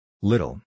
Little